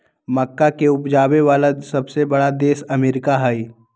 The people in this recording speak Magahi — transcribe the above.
मक्का के उपजावे वाला सबसे बड़ा देश अमेरिका हई